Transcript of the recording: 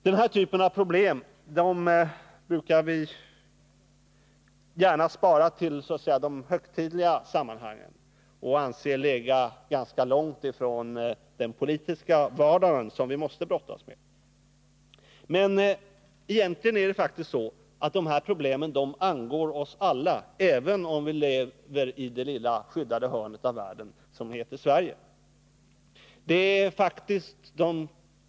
Den här typen av problem brukar vi gärna spara till de högtidliga sammanhangen och anse ligga ganska långt från den politiska vardag som vi måste brottas med — men egentligen är det faktiskt så, att de här problemen angår oss alla, även om vi lever i det lilla skyddade hörn av världen som heter Sverige.